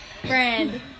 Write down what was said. Friend